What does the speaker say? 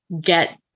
get